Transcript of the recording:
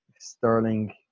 Sterling